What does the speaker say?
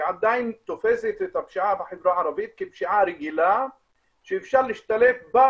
היא עדיין תופסת את הפשיעה בחברה הערבית כפשיעה רגילה שאפשר להשתלט עליה